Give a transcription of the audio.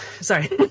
Sorry